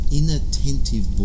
inattentive